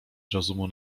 rozumu